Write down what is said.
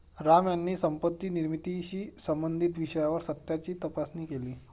राम यांनी संपत्ती निर्मितीशी संबंधित विषयावर सत्याची तपासणी केली